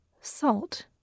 Salt